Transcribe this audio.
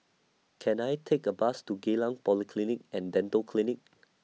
Can I Take A Bus to Geylang Polyclinic and Dental Clinic